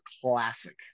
classic